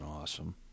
awesome